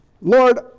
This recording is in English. Lord